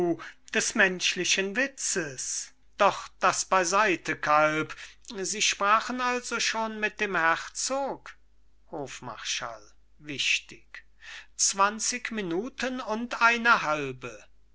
des menschlichen witzes doch das beiseite kalb sie sprachen also schon mit dem herzog hofmarschall wichtig zwanzig minuten und eine halbe